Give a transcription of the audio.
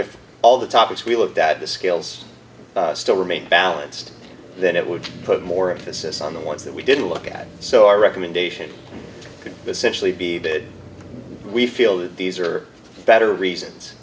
if all the topics we looked at the scales still remain balanced then it would put more emphasis on the ones that we didn't look at so our recommendation could essentially be did we feel that these are better reasons